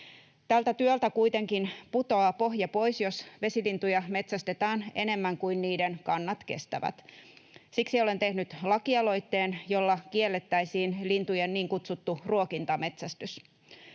Tältä työltä kuitenkin putoaa pohja pois, jos vesilintuja metsästetään enemmän kuin niiden kannat kestävät. Siksi olen tehnyt lakialoitteen, jolla kiellettäisiin lintujen niin kutsuttu ruokintametsästys.